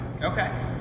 Okay